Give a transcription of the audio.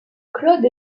claude